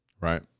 right